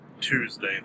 Tuesday